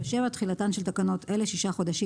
137.תחילה תחילתן של תקנות אלה 6 חודשים